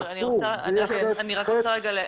אסור,